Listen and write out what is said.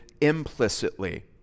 implicitly